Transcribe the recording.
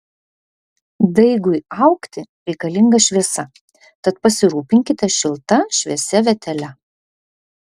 daigui augti reikalinga šviesa tad pasirūpinkite šilta šviesia vietele